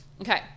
Okay